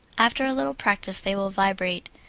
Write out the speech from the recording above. after a little practise they will vibrate,